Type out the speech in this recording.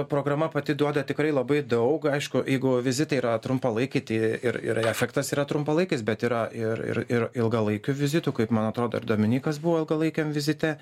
programa pati duoda tikrai labai daug aišku jeigu vizitai yra trumpalaikiai tai ir ir efektas yra trumpalaikis bet yra ir ir ir ilgalaikių vizitų kaip man atrodo ir dominykas buvo ilgalaikiam vizite